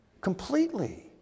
completely